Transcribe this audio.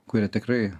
kurie tikrai